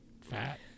fat